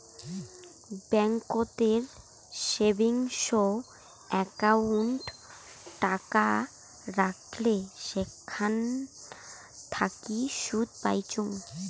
ব্যাংকোতের savings account টাকা রাখলে সেখান থাকি সুদ পাইচুঙ